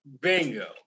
Bingo